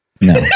No